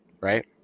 Right